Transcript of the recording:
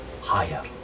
Higher